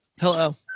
Hello